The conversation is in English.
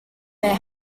their